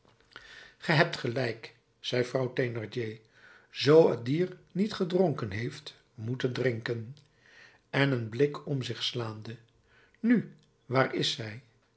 ge hebt gelijk zei vrouw thénardier zoo het dier niet gedronken heeft moet het drinken en een blik om zich slaande nu waar is ze zij